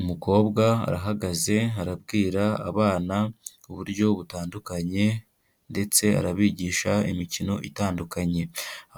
Umukobwa arahagaze arabwira abana uburyo butandukanye ndetse arabigisha imikino itandukanye,